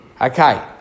Okay